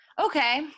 Okay